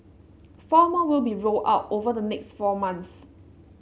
four more will be rolled out over the next four months